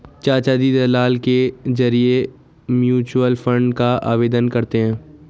चाचाजी दलाल के जरिए म्यूचुअल फंड का आवेदन करते हैं